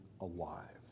alive